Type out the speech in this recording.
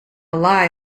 lie